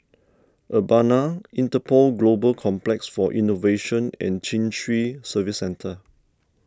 Urbana Interpol Global Complex for Innovation and Chin Swee Service Centre